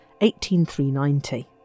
18390